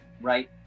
right